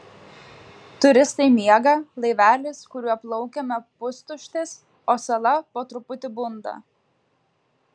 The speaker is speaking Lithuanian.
turistai miega laivelis kuriuo plaukėme pustuštis o sala po truputį bunda